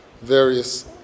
various